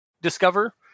discover